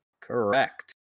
Correct